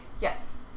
Yes